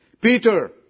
Peter